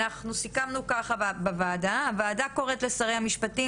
אנחנו סיכמנו בוועדה את הדברים הבאים" "..הוועדה קוראת לשר המשפטים,